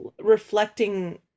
reflecting